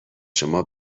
شما